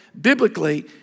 biblically